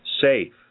safe